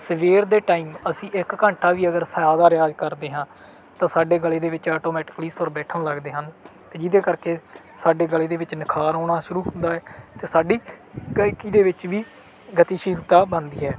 ਸਵੇਰ ਦੇ ਟਾਇਮ ਅਸੀਂ ਇੱਕ ਘੰਟਾ ਵੀ ਅਗਰ ਸਾਹ ਦਾ ਰਿਆਜ਼ ਕਰਦੇ ਹਾਂ ਤਾਂ ਸਾਡੇ ਗਲੇ ਦੇ ਵਿੱਚ ਆਟੋਮੈਟਕਲੀ ਸੁਰ ਬੈਠਣ ਲੱਗਦੇ ਹਨ ਅਤੇ ਜਿਹਦੇ ਕਰਕੇ ਸਾਡੇ ਗਲੇ ਦੇ ਵਿੱਚ ਨਿਖਾਰ ਆਉਣਾ ਸ਼ੁਰੂ ਹੁੰਦਾ ਹੈ ਅਤੇ ਸਾਡੀ ਗਾਇਕੀ ਦੇ ਵਿੱਚ ਵੀ ਗਤੀਸ਼ੀਲਤਾ ਬਣਦੀ ਹੈ